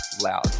loud